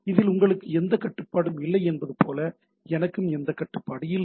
இதில் உங்களுக்கு எந்த கட்டுப்பாடும் இல்லை என்பது போல எனக்கு எந்த கட்டுப்பாடும் இல்லை